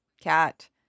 cat